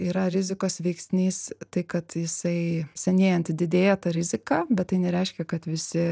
yra rizikos veiksnys tai kad jisai senėjant didėja ta rizika bet tai nereiškia kad visi